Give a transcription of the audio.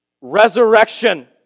resurrection